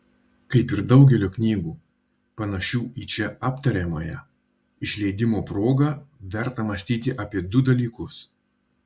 kaip ir daugelio knygų panašių į čia aptariamąją išleidimo proga verta mąstyti apie du dalykus